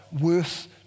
worth